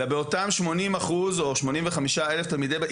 אלא באותם 80% או 85,000 תלמידי ---.